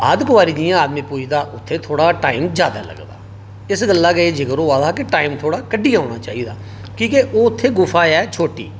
आद्ध कुआरी पुजदा उत्थै टाइम थोह्ड़ा ज्यादा लगदा इस गल्ला गै एह् जिकर होआ दा हा कि टाइम कड्ढी औना चाहिदा ठीक एह ओह् उत्थै गुफा है छोटी